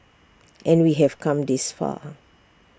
and we have come this far